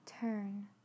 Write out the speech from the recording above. turn